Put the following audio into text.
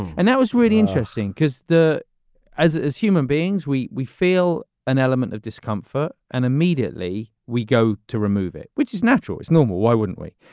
and that was really interesting because the as as human beings, we we feel an element of discomfort. and immediately we go to remove it, which is natural is normal. why wouldn't we?